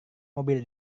mobil